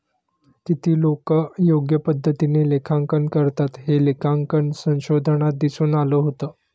किती लोकं योग्य पद्धतीने लेखांकन करतात, हे लेखांकन संशोधनात दिसून आलं होतं